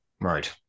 Right